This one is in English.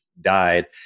died